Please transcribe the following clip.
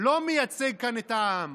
לא מייצג כאן את העם,